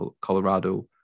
Colorado